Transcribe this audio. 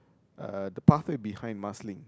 uh the pathway behind Marsiling